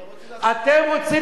לא.